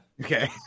okay